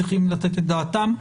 צריכים לתת את דעתם.